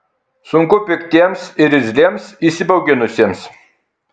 sunku piktiems irzliems įsibauginusiems